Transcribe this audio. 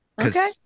Okay